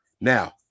Now